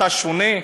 אתה שונה.